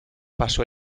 pasó